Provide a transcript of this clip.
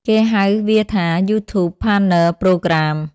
គេហៅវាថា YouTube Partner Program។